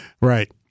right